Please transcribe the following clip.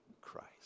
Christ